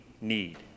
need